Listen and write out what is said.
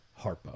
Harpo